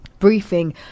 Briefing